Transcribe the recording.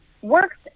works